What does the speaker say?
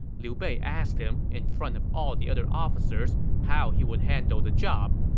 liu bei asked him in front of all the other officers how he would handle the job.